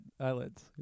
eyelids